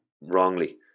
wrongly